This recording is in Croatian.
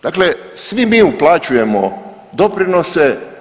Dakle, svi mi uplaćujemo doprinose.